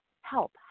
help